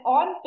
on